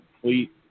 complete